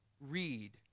read